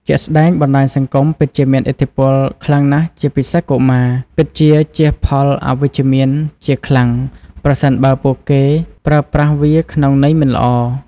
ជាក់ស្ដែងបណ្តាញសង្គមពិតជាមានឥទ្ធិពលខ្លាំងណាស់ជាពិសេសកុមារ ពិតជាជះផលអវិជ្ជមានជាខ្លាំងប្រសិនបើពួកគេប្រើប្រាស់វាក្នុងន័យមិនល្អ។